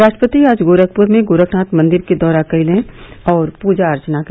राष्ट्रपति ने आज गोरखपुर में गोरखनाथ मंदिर का दौरा किया और पूजा अर्चना की